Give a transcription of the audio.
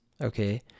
Okay